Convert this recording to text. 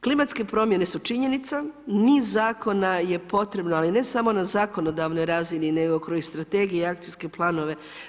Klimatske promjene su činjenica, niz zakona je potrebno ali ne samo na zakonodavnoj razini, nego kroz i strategije i akcijske planove.